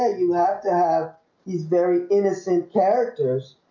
you have to have he's very innocent characters